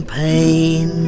pain